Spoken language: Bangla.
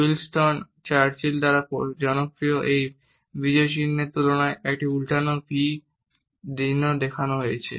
উইনস্টন চার্চিল দ্বারা জনপ্রিয় এই বিজয় চিহ্নের তুলনায় একটি উল্টানো v চিহ্ন রয়েছে